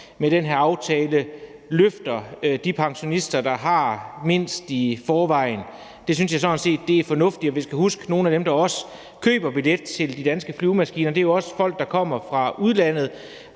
med den her aftale løfter de pensionister, der har mindst i forvejen. Det synes jeg sådan set er fornuftigt. Jeg kan huske, at nogle af dem, der køber billet til de danske flyvemaskiner, også er folk, der kommer fra udlandet.